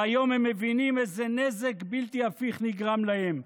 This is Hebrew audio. והיום הם מבינים איזה נזק בלתי הפיך נגרם להם.